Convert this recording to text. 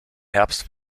herbst